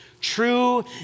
true